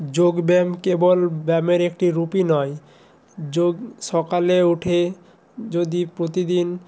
যোগ ব্যায়াম কেবল ব্যায়ামের একটি রূপই নয় যোগ সকালে উঠে যদি প্রতিদিন